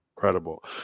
incredible